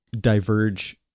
diverge